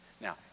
Now